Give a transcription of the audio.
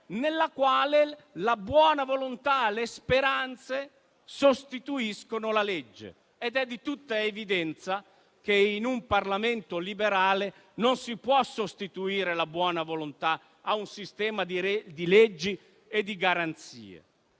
nella quale la buona volontà e le speranze sostituiscono la legge. È di tutta evidenza che in un Parlamento liberale non si può sostituire la buona volontà a un sistema di leggi e di garanzie.